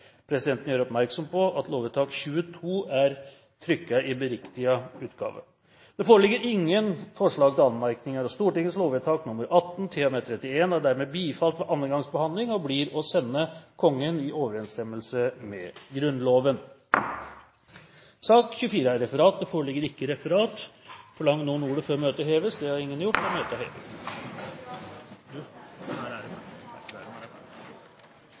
Presidenten gjør oppmerksom på at lovvedtak 22 er trykket i beriktiget utgave. Det foreligger ingen forslag til anmerkning. Stortingets lovvedtak 18 til og med 31 er dermed bifalt ved annen gangs behandling og blir å sende Kongen i overensstemmelse med Grunnloven. Det foreligger ikke noe referat. Forlanger noen ordet før møtet heves? – Det har ingen gjort, og møtet er hevet.